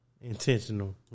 Intentional